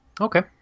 okay